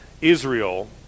Israel